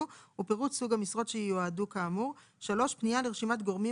ופירוט סוג המשרות שייועדו כאמור; פנייה לרשימת גורמים